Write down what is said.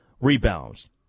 rebounds